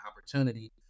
opportunity